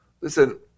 Listen